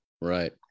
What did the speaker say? Right